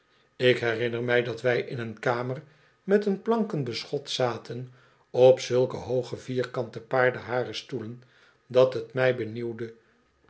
ik herinner mij dat wij in een kame met een planken beschot zaten op zulke hooge vierkante paardenharen stoelen dat het mij benieuwde